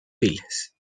pilas